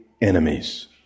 enemies